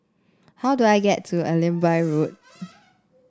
how do I get to Allenby Road